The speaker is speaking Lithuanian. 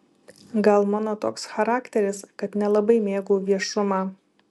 gal mano toks charakteris kad nelabai mėgau viešumą